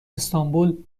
استانبول